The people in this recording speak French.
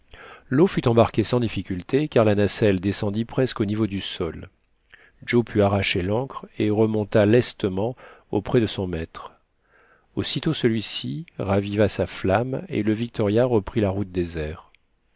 leau fut embarquée sans difficulté car la nacelle descendit presque au niveau du sol joe put arracher l'ancre et remonta lestement auprès de son maître aussitôt celui-ci raviva sa flamme et le victoria reprit la route des airs